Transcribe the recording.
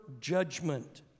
judgment